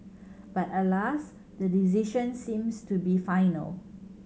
but alas the decision seems to be final